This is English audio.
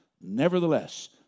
Nevertheless